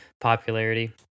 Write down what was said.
popularity